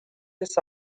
this